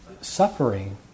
Suffering